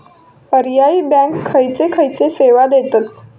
पर्यायी बँका खयचे खयचे सेवा देतत?